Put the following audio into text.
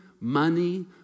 money